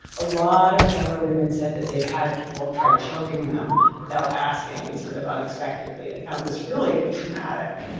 a lot of younger women said that they'd had people try choking them without asking and sort of unexpectedly and found this really traumatic.